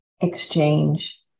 exchange